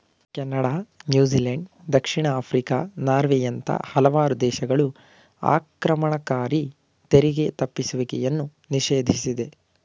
Canada, New Zealand, ದಕ್ಷಿಣ Africa, ನಾರ್ವೆಯಂತ ಹಲವಾರು ದೇಶಗಳು ಆಕ್ರಮಣಕಾರಿ ತೆರಿಗೆ ತಪ್ಪಿಸುವಿಕೆಯನ್ನು ನಿಷೇಧಿಸಿದೆ